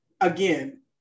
again